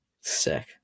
sick